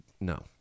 No